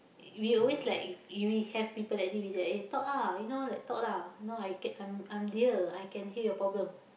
we always like if if we have people like this we just like eh talk ah you know like talk lah you know I'm I'm I'm here I can hear your problem